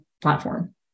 platform